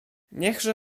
niechże